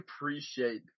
appreciate